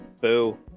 Boo